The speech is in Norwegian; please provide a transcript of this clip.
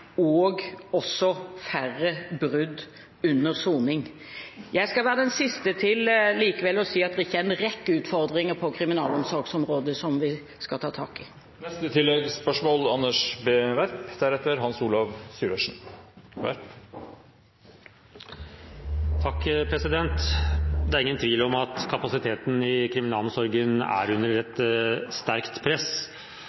og som også fører til færre brudd under soning. Jeg skal likevel være den siste til å si at det ikke er en rekke utfordringer på kriminalomsorgsområdet som vi skal ta tak i. Anders B. Werp – til oppfølgingsspørsmål. Det er ingen tvil om at kapasiteten i kriminalomsorgen er under et